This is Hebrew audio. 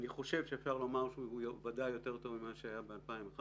אני חושב שאפשר לומר שהוא ודאי יותר טוב ממה שהיה ב-2011,